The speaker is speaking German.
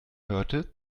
hörte